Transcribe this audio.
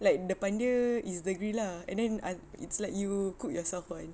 like depan dia it's the grill lah and then it's like you cook yourself [one]